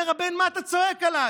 אומר הבן: מה אתה צועק עליי?